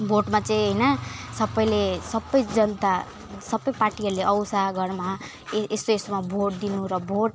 भोटमा चाहिँ होइन सबैले सबै जनता सबै पार्टीहरूले आउँछ घरमा ए यस्तोमा भोट दिनु र भोट